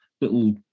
little